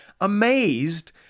amazed